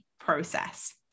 process